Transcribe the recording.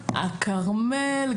הכרמל,